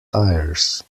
tires